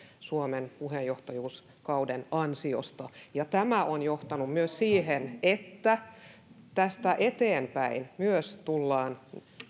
suomen puheenjohtajuuskauden ansiosta tämä on johtanut myös siihen että myös tästä eteenpäin tullaan